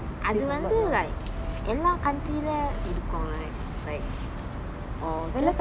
அது வந்து:athu vanthu like எல்லா:ella country lah இருக்கும்:irukkum like like or just